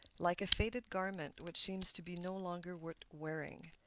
like a faded garment which seems to be no longer worth wearing.